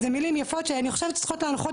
אלה מילים יפות שאני חושבת שצריכות להנחות